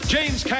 James